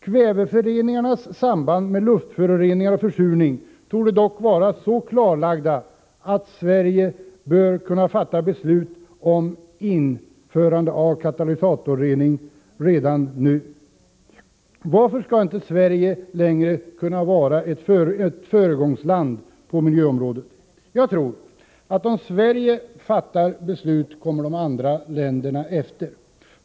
Kväveföreningarnas samband med luftföroreningar och försurning torde dock vara så klarlagt att Sverige redan nu bör kunna fatta beslut om införande av katalysatorrening. Varför skulle inte Sverige längre kunna vara ett föregångsland på miljöområdet? Om Sverige fattar beslut, tror jag att de andra länderna kommer efter.